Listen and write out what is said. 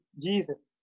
Jesus